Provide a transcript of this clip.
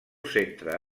centre